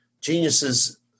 geniuses